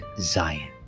Zion